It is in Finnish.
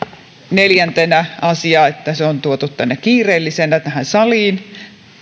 neljäntenä se asia että se on tuotu kiireellisenä tähän saliin